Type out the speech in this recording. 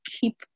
keep